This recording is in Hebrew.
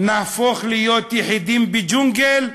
נהפוך להיות יחידים בג'ונגל,